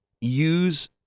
use